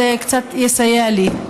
זה קצת יסייע לי.